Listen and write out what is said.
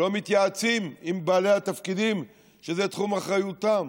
לא מתייעצים עם בעלי התפקידים שזה תחום אחריותם.